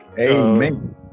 Amen